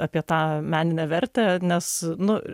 apie tą meninę vertę nes nu